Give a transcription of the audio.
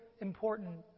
important